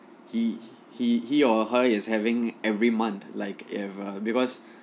he he he or her is having every month like if a because